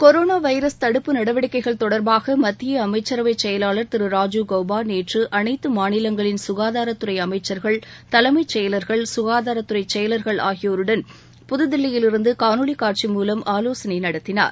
corona virus தடுப்பு நடவடிக்கைகள் தொடர்பாக மத்திய அமைச்சரவைச் செயலாளர் திரு ராஜீவ் கௌபா நேற்று அனைத்து மாநிலங்களின் சுகாதாரத்துறை அமைச்சர்கள் தலைமைச் செயலர்கள் சுகாதாரத்துறை செயலர்கள் ஆகியோருடன் புதில்லியிலிருந்து காணொலி காட்சி மூலம் ஆலோசனை நடத்தினார்